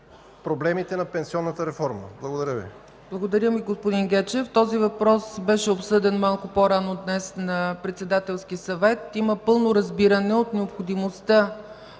проблемите на пенсионната реформа. Благодаря Ви. ПРЕДСЕДАТЕЛ ЦЕЦКА ЦАЧЕВА: Благодаря Ви, господин Гечев. Този въпрос беше обсъден малко по-рано днес на Председателския съвет. Има пълно разбиране за необходимостта